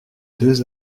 deux